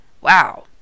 Wow